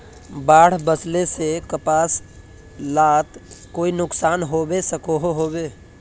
बाढ़ वस्ले से कपास लात कोई नुकसान होबे सकोहो होबे?